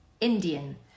Indian